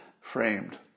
framed